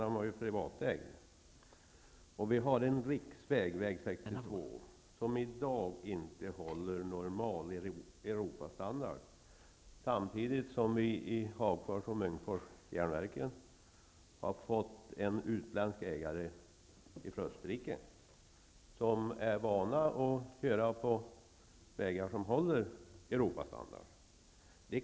Nu är det ju lågkonjunktur. Munkfors har fått en utländsk ägare, från Österrike, där man är van att köra på vägar som håller Europastandard.